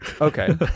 Okay